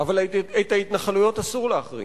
אבל את ההתנחלויות אסור להחרים?